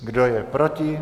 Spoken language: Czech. Kdo je proti?